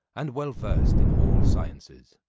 and well versed in all sciences.